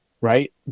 right